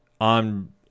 on